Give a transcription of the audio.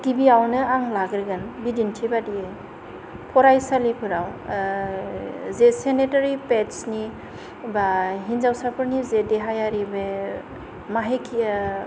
गिबिआवनो आं लाग्रोगोन बिदिन्थि बायदियै फरायसालिफोराव जे सेनितारि पेद्सनि बा हिन्जावसाफोरनि देहायारि बे माहिखिया